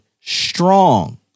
strong